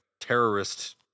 terrorist